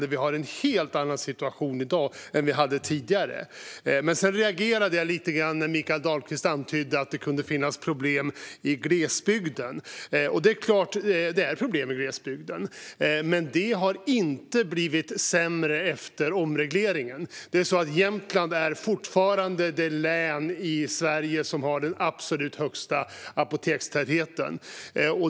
Det råder en helt annan situation i dag än tidigare. Men jag reagerade när Mikael Dahlqvist antydde att det kunde finnas problem i glesbygden. Det är klart att det finns problem i glesbygden, men det har inte blivit sämre efter omregleringen. Jämtland är fortfarande det län i Sverige som har den absolut högsta apotekstätheten.